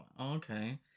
Okay